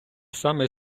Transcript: саме